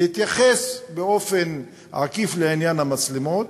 בהתייחס באופן עקיף לעניין המצלמות,